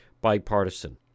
bipartisan